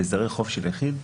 בהסדרי חוב של יחיד,